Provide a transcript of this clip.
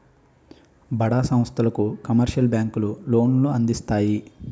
బడా సంస్థలకు కమర్షియల్ బ్యాంకులు లోన్లు అందిస్తాయి